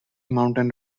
mountain